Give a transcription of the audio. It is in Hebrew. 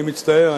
אני מצטער,